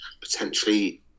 potentially